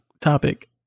topic